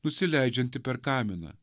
nusileidžiantį per kaminą